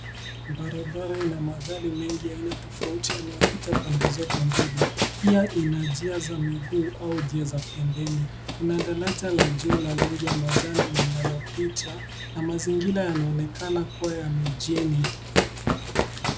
Barabara ina magari mengi aina tofauti yanayo pita pande zote mbili. Pia ina njia za miguu au njia za pembeni. Kuna daraja la juu la rangi ya manjano linalo pita na mazingira yanaonekana kuwa ya mijini.